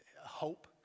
hope